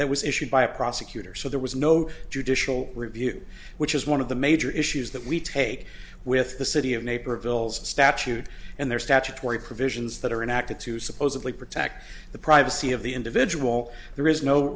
that was issued by a prosecutor so there was no judicial review which is one of the major issues that we take with the city of naperville's statute and their statutory provisions that are in acted to supposedly protect the privacy of the individual there is no